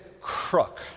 crook